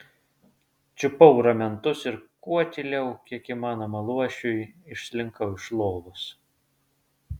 čiupau ramentus ir kuo tyliau kiek įmanoma luošiui išslinkau iš lovos